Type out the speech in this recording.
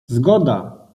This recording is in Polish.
zgoda